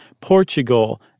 Portugal